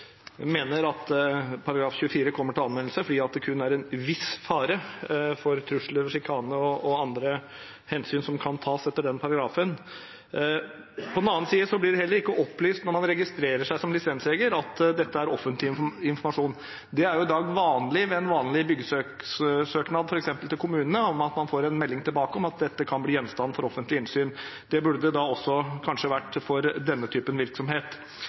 kommer til anvendelse fordi det kun er en «viss fare» for trusler, sjikane og andre hensyn som kan tas etter den paragrafen. På den annen side blir det heller ikke opplyst, når man registrerer seg som lisensjeger, at dette er offentlig informasjon. Det er i dag vanlig f.eks. ved en vanlig byggesøknad til kommunene at man får en melding tilbake om at dette kan bli gjenstand for offentlig innsyn. Det burde det kanskje også vært for denne typen virksomhet.